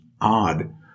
odd